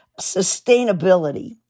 sustainability